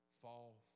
Fall